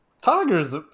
Tiger's